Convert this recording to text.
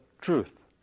truth